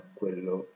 quello